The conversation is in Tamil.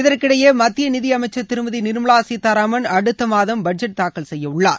இதற்கிடையே மத்திய நிதி அமைச்சர் திருமதி நிர்மலா சீத்தாராமன் அடுத்த மாதம் பட்ஜெட் தாக்கல் செய்ய உள்ளார்